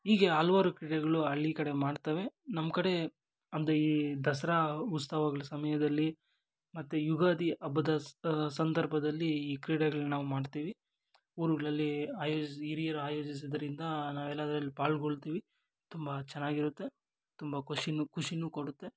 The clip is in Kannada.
ಹೀಗೆ ಹಲ್ವಾರು ಕ್ರೀಡೆಗಳು ಹಳ್ಳಿ ಕಡೆ ಮಾಡ್ತವೆ ನಮ್ಮ ಕಡೆ ಅಂದರೆ ಈ ದಸರಾ ಉತ್ಸವಗಳ ಸಮಯದಲ್ಲಿ ಮತ್ತು ಯುಗಾದಿ ಹಬ್ಬದ ಸ್ ಸಂದರ್ಭದಲ್ಲಿ ಈ ಕ್ರೀಡೆಗಳ್ನ ನಾವು ಮಾಡ್ತೀವಿ ಊರುಗಳಲ್ಲಿ ಆಯೋಜಿಸಿ ಹಿರಿಯರ್ ಆಯೋಜಿಸಿದ್ರಿಂದ ನಾವೆಲ್ಲ ಅದ್ರಲ್ಲಿ ಪಾಲುಗೊಳ್ತೀವಿ ತುಂಬ ಚೆನ್ನಾಗಿರುತ್ತೆ ತುಂಬ ಖುಷಿನೂ ಖುಷಿನೂ ಕೊಡುತ್ತೆ